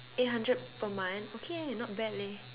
eight hundred per month okay leh not bad leh